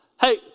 Hey